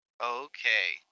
Okay